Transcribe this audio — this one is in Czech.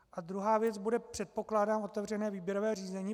A druhá věc bude, předpokládám, otevřené výběrové řízení.